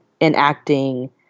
enacting